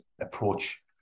approach